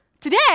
today